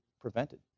prevented